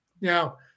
Now